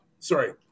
Sorry